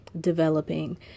developing